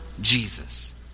Jesus